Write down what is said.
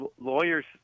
lawyers